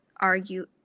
argue